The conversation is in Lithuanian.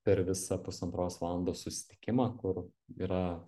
per visą pusantros valandos susitikimą kur yra